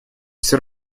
все